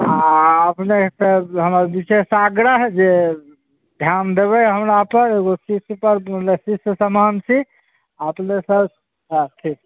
अपने तऽ हमर विशेष आग्रह जे ध्यान देबै हमरा पर एगो शिष्य पर शिष्य समान छी अपनेसंँ हँ ठीक